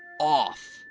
off.